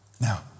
Now